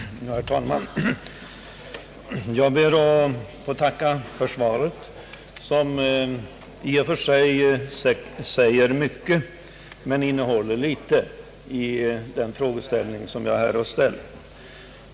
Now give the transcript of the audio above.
Herr talman! Jag ber att få tacka för svaret, som i och för sig säger mycket men innehåller litet när det gäller de frågor som jag har ställt.